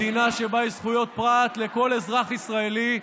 מדינה שבה יש זכויות פרט לכל אזרח ישראלי,